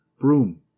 Broom